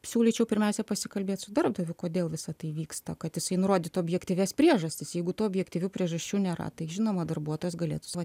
siūlyčiau pirmiausia pasikalbėt su darbdaviu kodėl visa tai vyksta kad jisai nurodytų objektyvias priežastis jeigu to objektyvių priežasčių nėra tai žinoma darbuotojas galėtų savo